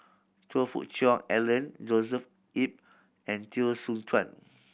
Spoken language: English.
Choe Fook Cheong Alan Joshua Ip and Teo Soon Chuan